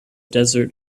desert